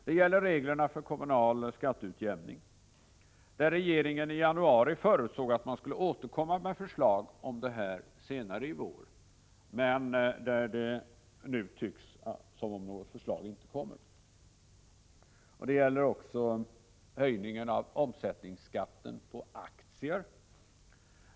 Det gäller reglerna för kommunal skatteutjämning, där regeringen i januari förutsåg att man skulle återkomma med förslag senare i vår, men nu tycks det inte komma något förslag. Det gäller också höjningen av omsättningsskatten på aktier.